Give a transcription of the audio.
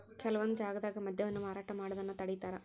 ಕೆಲವೊಂದ್ ಜಾಗ್ದಾಗ ಮದ್ಯವನ್ನ ಮಾರಾಟ ಮಾಡೋದನ್ನ ತಡೇತಾರ